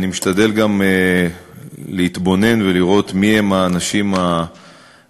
אני משתדל גם להתבונן ולראות מי הם האנשים המדברים,